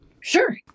Sure